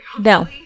No